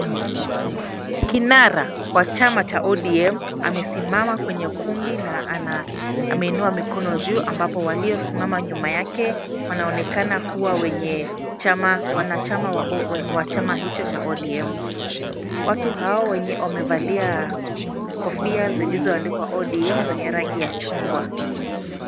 Kinara wa chama cha ODM amesimama kwenye ukumbi na ameinua mikono juu ambapo waliosimama nyuma yake, wanaonekana kuwa wenye chama, wanachama wa chama hicho cha ODM. Watu hao wenye wamevalia kofia zilizoandikwa ODM yenye rangi ya chungwa.